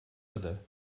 other